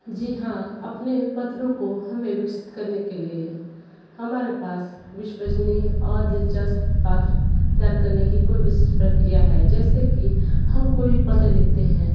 जी हाँ अपने पत्रों को हमें विकसित करने के लिए हमारे पास विश्वसनीय और दिलचस्प पत्र तैयार करने की कोई विशेष प्रक्रिया है जैसे कि हम कोई पत्र लिखते हैं